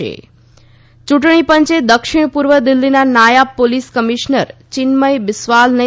યૂંટણી પંચે દક્ષિણ પૂર્વ દિલ્ફીના નાયબ પોલીસ કમિશ્નર ચિન્મય બિસ્વાલને